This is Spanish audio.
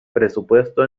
presupuesto